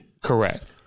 Correct